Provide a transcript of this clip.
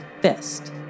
fist